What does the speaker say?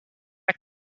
tack